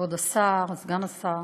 כבוד השר, סגן השר,